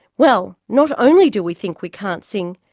well, not only do we think we can't sing,